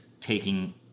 taking